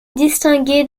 distingué